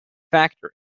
factory